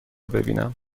ببینم